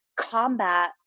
combat